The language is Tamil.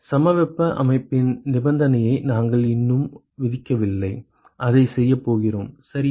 சமவெப்ப அமைப்பின் நிபந்தனையை நாங்கள் இன்னும் விதிக்கவில்லை அதைச் செய்யப் போகிறோம் சரியா